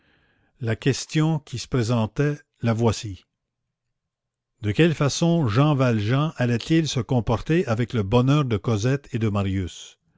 la question qui se présentait la voici de quelle façon jean valjean allait-il se comporter avec le bonheur de cosette et de marius